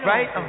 Right